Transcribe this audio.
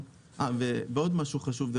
ועוד משהו חשוב.